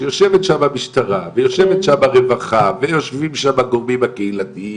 שיושבת שם המשטרה ויושבת שם הרווחה ויושבים שם הגורמים הקהילתיים,